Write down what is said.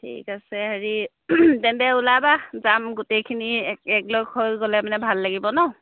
ঠিক আছে হেৰি তেন্তে ওলাবা যাম গোটেইখিনি এক একলগ হৈ গ'লে মানে ভাল লাগিব নহ্